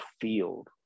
field